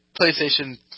PlayStation